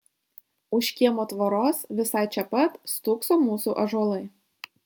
už kiemo tvoros visai čia pat stūkso mūsų ąžuolai